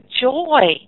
joy